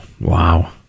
wow